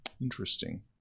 Interesting